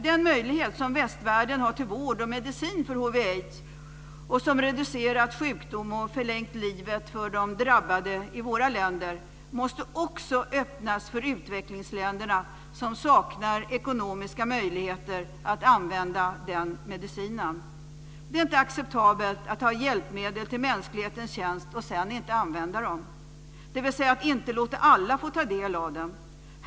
Den möjlighet som västvärlden har till vård och medicin för hiv/aids, som reducerat sjukdom och förlängt livet för de drabbade i våra länder, måste också öppnas för utvecklingsländerna som saknar ekonomiska möjligheter att använda den medicinen. Det är inte acceptabelt att ha hjälpmedel till mänsklighetens tjänst och sedan inte använda dem, dvs. att inte låta alla få ta del av dem.